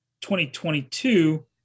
2022